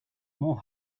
more